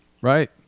Right